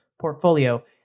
portfolio